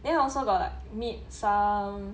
then also got meet some